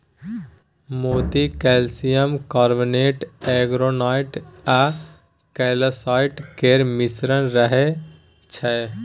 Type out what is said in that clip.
मोती calcium carbonate, aragonite आ calcite केर मिश्रण रहय छै